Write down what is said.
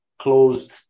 closed